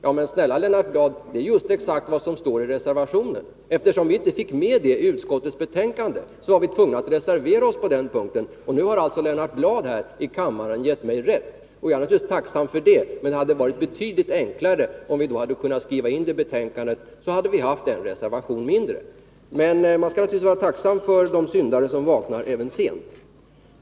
Ja men snälla Lennart Bladh, det är just exakt vad som står i reservationen. Eftersom vi inte fick med det i utskottsbetänkandet, var vi tvungna att reservera oss på den punkten. Nu har alltså Lennart Bladh här i kammaren gett mig rätt. Jag är naturligtvis tacksam för det, men det hade varit betydligt enklare om vi hade kunnat skriva in det i betänkandet. Vi hade då fått en reservation mindre. Men man skall naturligtvis vara tacksam för de syndare som vaknar, även sent.